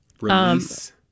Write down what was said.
Release